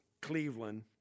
Cleveland